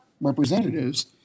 representatives